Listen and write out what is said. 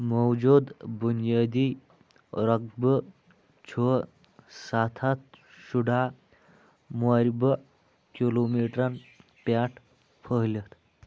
موجودٕ بُنیٲدی رۄقبہٕ چھُ سَتھ ہَتھ شُراہ موربہٕ کِلو میٖٹرن پٮ۪ٹھ پھہلِتھ